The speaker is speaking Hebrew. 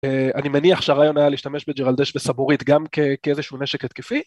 אני מניח שהרעיון היה להשתמש בג'ירלדש וסבורית גם כאיזשהו נשק התקפי.